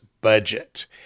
budget